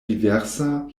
diversa